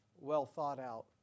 well-thought-out